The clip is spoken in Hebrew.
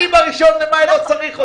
ב-1 במאי אני לא צריך אותם.